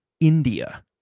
India